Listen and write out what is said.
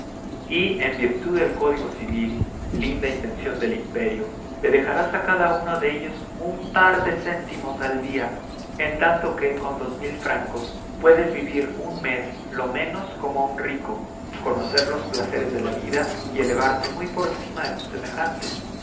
y en virtud del código civil linda invención del imperio le dejarás a cada uno de ellos un par de céntimos al día en tanto que con dos mil francos puedes vivir un mes lo menos como un rico conocer los placeres de la vida y elevarte muy por encima de tus semejantes